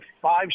five